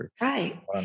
Right